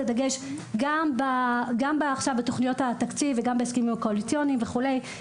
דגש גם עכשיו בתוכניות התקציב וגם בהסכמים הקואליציוניים וכו',